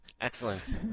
Excellent